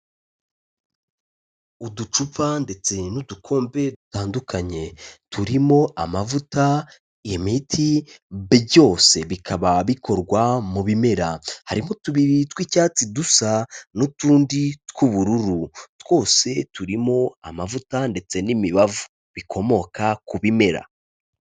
Uducupa ndetse n'udukombe dutandukanye, turimo amavuta, imiti, byose bikaba bikorwa mu bimera, harimo tubiri tw'icyatsi dusa n'utundi tw'ubururu, twose turimo amavuta ndetse n'imibavu bikomoka ku bimera.